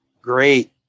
great